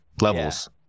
levels